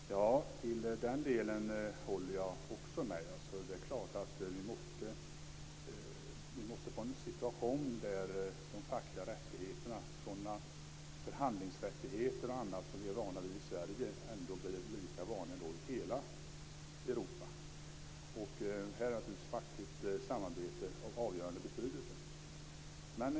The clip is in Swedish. Fru talman! Till den delen håller jag med. Det är klart att vi måste få en situation där de fackliga rättigheterna, förhandlingsrättigheter och annat som vi är vana vid i Sverige, blir lika vanliga i hela Europa. Här har naturligtvis fackligt samarbete avgörande betydelse.